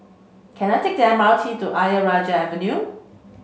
can I take the M R T to Ayer Rajah Avenue